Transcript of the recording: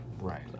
Right